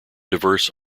diverse